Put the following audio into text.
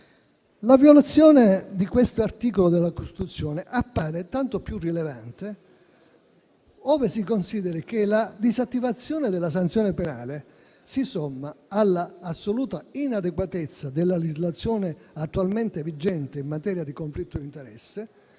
La violazione di tale articolo della Costituzione appare tanto più rilevante ove si consideri che la disattivazione della sanzione penale si somma all'assoluta inadeguatezza della legislazione attualmente vigente in materia di conflitto di interesse